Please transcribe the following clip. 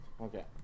Okay